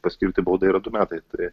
paskirti baudą yra du metai tai